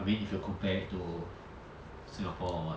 I mean if you compare it to singapore or what